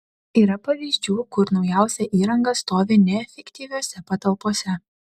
yra pavyzdžių kur naujausia įranga stovi neefektyviose patalpose